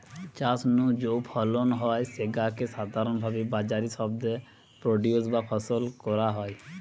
চাষ নু যৌ ফলন হয় স্যাগা কে সাধারণভাবি বাজারি শব্দে প্রোডিউস বা ফসল কয়া হয়